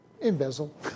embezzle